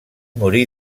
morí